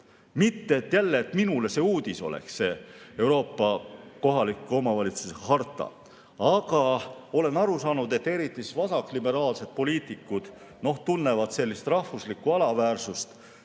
Mitte et jälle see minule uudis oleks, see Euroopa kohaliku omavalitsuse harta, aga olen aru saanud, et eriti vasakliberaalsed poliitikud tunnevad sellist rahvuslikku alaväärsust